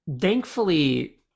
thankfully